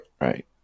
right